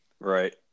Right